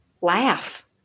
laugh